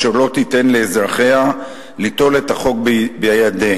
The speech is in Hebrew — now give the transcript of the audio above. אשר לא תיתן לאזרחיה ליטול את החוק לידיהם.